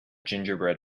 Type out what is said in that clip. gingerbread